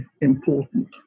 important